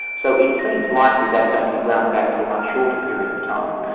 so it seems likely that's going to be wound back to a much shorter period of time.